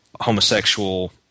homosexual –